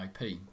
IP